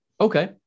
Okay